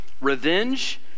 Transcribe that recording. revenge